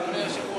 אדוני היושב-ראש.